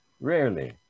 rarely